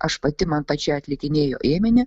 aš pati man pačiai atlikinėjo ėminį